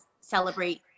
celebrate